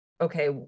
okay